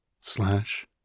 slash